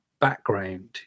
background